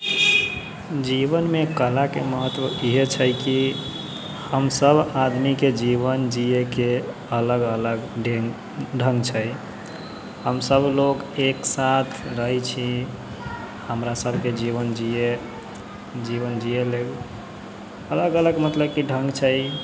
जीवनमे कलाके महत्व इहे छै कि हमसभ आदमीके जीवन जियैके अलग अलग ढ़ ढङ्ग छै हमसभ लोग एकसाथ रहै छी हमरा सभके जीवन जियै जीवन जियै लेल अलग अलग मतलब कि ढङ्ग छै